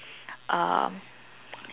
um